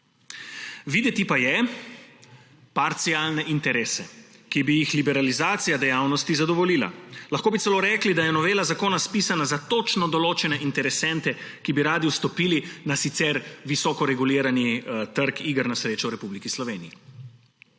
Videti pa je parcialne interese, ki bi jih liberalizacija dejavnosti zadovoljila. Lahko bi celo rekli, da je novela zakona spisana za točno določene interesente, ki bi radi vstopili na sicer visoko reguliran trg iger na srečo v Republiki Sloveniji.